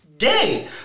Gay